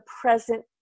present